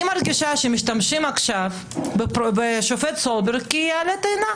אני מרגישה שמשתמשים עכשיו בשופט סולברג כעלה תאנה,